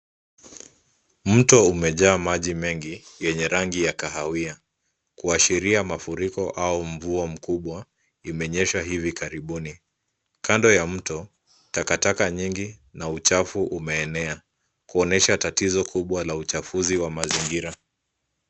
Mto umejaa maji mengi yenye rangi ya kahawia, kuashiria mafuriko au mvua mkubwa imenyesha hivi karibuni. Kando ya mto, takataka nyingi na uchafu umeenea, kuonyesha tatizo kubwa la uchafuzi wa mazingira.